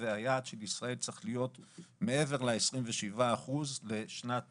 והיעד של ישראל צריך להיות מעבר ל-27 האחוזים לשנת